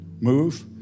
move